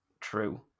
True